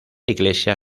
iglesia